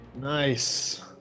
Nice